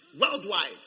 worldwide